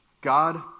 God